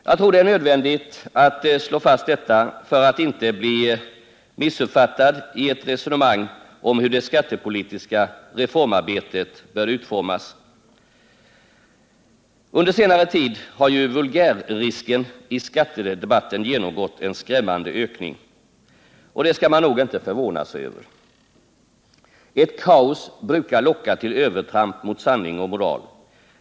Jag tror att det är nödvändigt att slå fast detta för att inte bli missuppfattad i ett resonemang om hur det skattepolitiska reformarbetet bör utformas. Under senare tid har ju vulgärrisken i skattedebatten genomgått en skrämmande ökning. Och det skall man nog inte förvåna sig över. Ett kaos brukar locka till övertramp mot sanning och moral.